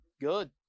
Good